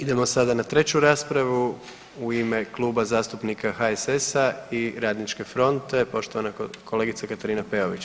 Idemo sada na treću raspravu u ime Kluba zastupnika HSS-a i Radničke fronte, poštovana kolegica Katarina Peović.